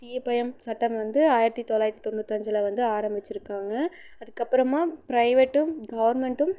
தீய பயம் சட்டம் வந்து ஆயிரத்தி தொள்ளாயிரத்தி தொண்ணூற்றி அஞ்சில் வந்து ஆரமித்திருக்காங்க அதுக்கு அப்புறமா பிரைவேட்டும் கவர்ன்மெண்ட்டும்